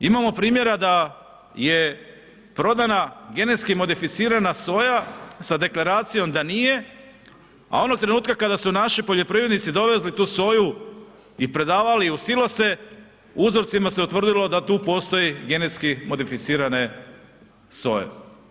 Imamo primjera da je prodana, genetski modificirana soja sa deklaracijom da nije a onog trenutka kada su naši poljoprivrednici dovezli tu soju i predavali u silose uzrocima se utvrdilo da tu postoji genetski modificirane soje.